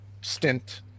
stint